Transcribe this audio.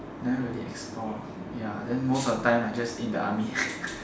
never really explore ya then most of the time I just eat in the army